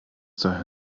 daher